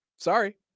Sorry